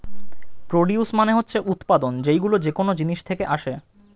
produce মানে হচ্ছে উৎপাদন, যেইগুলো যেকোন জিনিস থেকে আসে